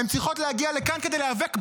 הן צריכות להגיע לכאן כדי להיאבק בכם,